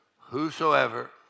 Whosoever